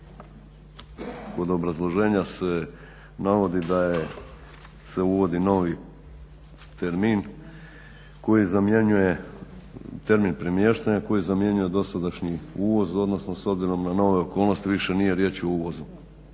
kod obrazloženja se navodi da je se uvodi novi termin koji zamjenjuje, termin premještanja, koji zamjenjuje dosadašnji uvoz, odnosno s obzirom na nove okolnosti više nije riječ o uvozu.